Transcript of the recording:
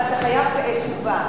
אבל אתה חייב תשובה.